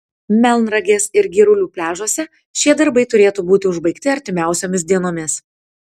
melnragės ir girulių pliažuose šie darbai turėtų būti užbaigti artimiausiomis dienomis